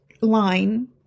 line